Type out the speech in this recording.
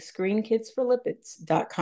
ScreenKidsForLipids.com